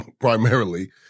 primarily